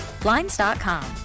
Blinds.com